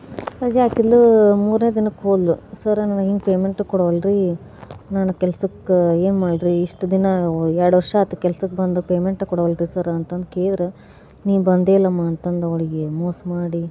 ರಜೆ ಹಾಕಿದಳು ಮೂರನೇ ದಿನಕ್ಕೆ ಹೋದಳು ಸರ್ ನನಗೆ ಹೀಗೆ ಪೇಮೆಂಟ್ ಕೊಡೋವಲ್ರಿ ನಾನು ಕೆಲ್ಸಕ್ಕೆ ಏನು ಮಾಡಿರಿ ಇಷ್ಟು ದಿನ ಎರಡು ವರ್ಷ ಆಯ್ತು ಕೆಲ್ಸಕ್ಕೆ ಬಂದು ಪೇಮೆಂಟೆ ಕೊಡವಲ್ರಿ ಸರ್ ಅಂತ ಅಂದು ಕೇಳಿದ್ರೆ ನೀನು ಬಂದೆ ಇಲ್ಲಮ್ಮ ಅಂತಂದು ಅವಳಿಗೆ ಮೋಸ ಮಾಡಿ